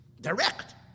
Direct